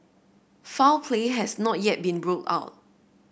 foul play has not yet been ruled out